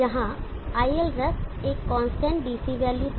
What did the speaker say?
यहाँ iLref एक constant DC value था